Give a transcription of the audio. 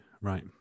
right